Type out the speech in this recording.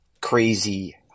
crazy